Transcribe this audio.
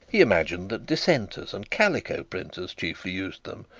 he imagined that dissenters and calico-printers chiefly used them,